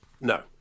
No